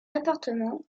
appartements